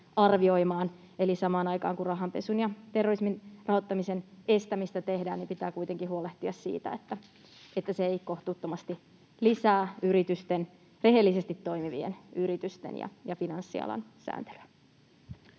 arvioimaan. Eli samaan aikaan kun rahanpesun ja terrorismin rahoittamisen estämistä tehdään, pitää kuitenkin huolehtia siitä, että se ei kohtuuttomasti lisää rehellisesti toimivien yritysten ja finanssialan sääntelyä.